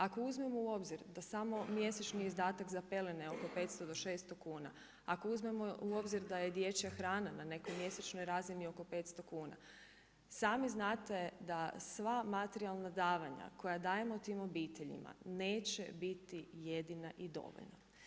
Ako uzmemo u obzir da samo mjesečni izdatak za pelene oko 500 do 600 kuna, ako uzmemo u obzir da je dječja hrana na nekoj mjesečnoj razini oko 500 kuna sami znate da sva materijalna davanja koja dajemo tim obiteljima neće biti jedina i dovoljna.